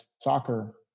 soccer